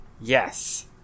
Yes